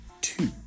two